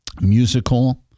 Musical